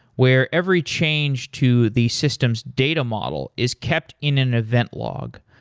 where every change to the system's data model is kept in an event log.